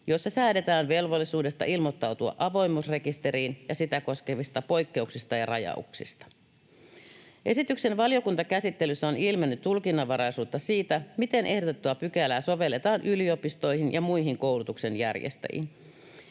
joissa säädetään velvollisuudesta ilmoittautua avoimuusrekisteriin ja sitä koskevista poikkeuksista ja rajauksista. Esityksen valiokuntakäsittelyssä on ilmennyt tulkinnanvaraisuutta siitä, miten ehdotettua pykälää sovelletaan yliopistoihin ja muihin koulutuksen järjestäjiin.